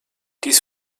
dies